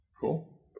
Cool